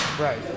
Right